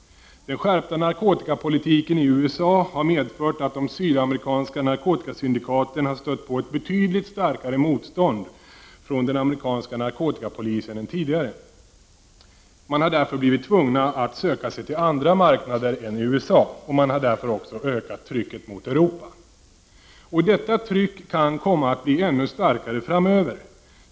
Den skärpta narkotikapolitiken i USA har medfört att de sydamerikanska narkotikasyndikaten har stött på ett betydligt starkare motstånd från den amerikanska narkotikapolisen än tidigare, varför de blivit tvungna att söka sig till andra marknader än USA. Man har därför ökat trycket mot Europa. Detta tryck kan komma att bli ännu starkare framöver.